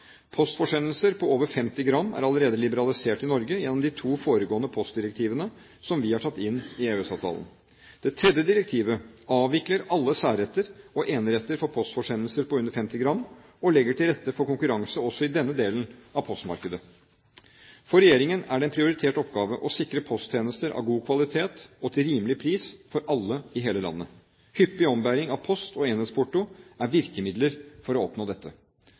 Postforsendelser på over 50 gram er allerede liberalisert i Norge gjennom de to foregående postdirektivene som vi har tatt inn i EØS-avtalen. Det tredje direktivet avvikler alle særretter og eneretter for postforsendelser på under 50 gram og legger til rette for konkurranse også i denne delen av postmarkedet. For regjeringen er det en prioritert oppgave å sikre posttjenester av god kvalitet og til rimelig pris for alle i hele landet. Hyppig ombæring av post og enhetsporto er virkemidler for å oppnå dette.